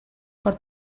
per